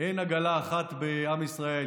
חברת הכנסת מאי גולן.